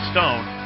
Stone